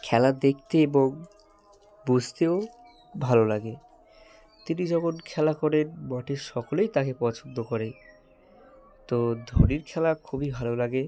খেলা দেখতে এবং বুঝতেও ভালো লাগে তিনি যখন খেলা করেন বটে সকলেই তাকে পছন্দ করে তো ধোনির খেলা খুবই ভালো লাগে